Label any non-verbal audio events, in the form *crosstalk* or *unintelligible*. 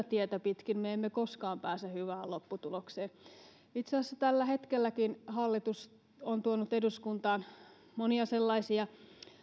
*unintelligible* tietä pitkin me emme koskaan pääse hyvään lopputulokseen itse asiassa tällä hetkelläkin hallitus on tuonut eduskuntaan monia sellaisia